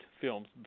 films